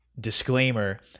Disclaimer